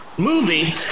movie